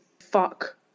fuck